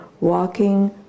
walking